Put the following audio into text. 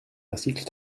article